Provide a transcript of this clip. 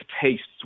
tastes